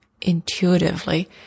intuitively